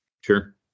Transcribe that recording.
Sure